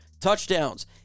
touchdowns